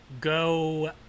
go